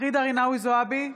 ג'ידא רינאוי זועבי,